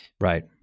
Right